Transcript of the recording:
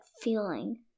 feeling